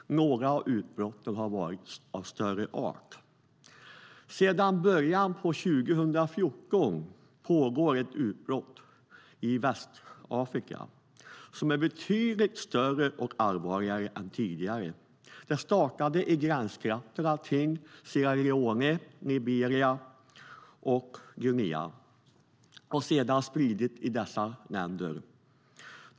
Några utbrott har varit av större art. Sedan början av 2014 pågår ett utbrott i Västafrika som är betydligt större och allvarligare än tidigare. Det startade i gränstrakterna kring Sierra Leone, Liberia och Guinea och har sedan spridits i dessa länder.